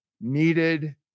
needed